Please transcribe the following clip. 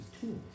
tools